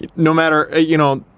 you know matter, you know,